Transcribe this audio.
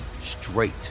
straight